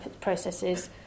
processes